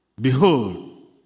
Behold